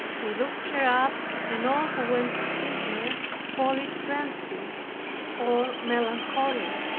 they locked her up and all who went to see her called it phrenzy or melancholy.